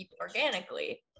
organically